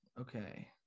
Okay